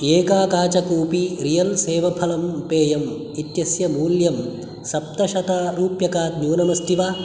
एका काचकूपी रियल् सेवफलं पेयम् इत्यस्य मूल्यं सप्तशतरूप्यकात् न्यूनम् अस्ति वा